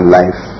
life